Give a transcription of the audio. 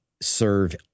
serve